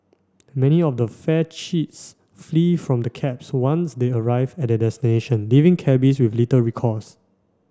many of the fare cheats flee from the cabs once they arrive at their destination leaving cabbies with little recourse